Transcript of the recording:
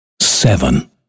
seven